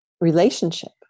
relationship